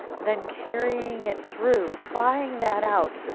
then carrying it through, trying that out,